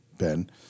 Ben